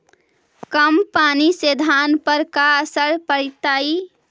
कम पनी से धान पर का असर पड़तायी?